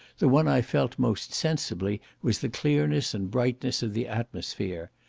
the one i felt most sensibly was the clearness and brightness of the atmosphere.